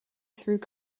through